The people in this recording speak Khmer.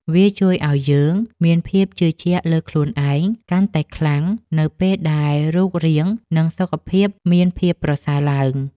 វាជួយឱ្យយើងមានភាពជឿជាក់លើខ្លួនឯងកាន់តែខ្លាំងនៅពេលដែលរូបរាង និងសុខភាពមានភាពប្រសើរឡើង។